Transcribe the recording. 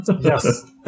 Yes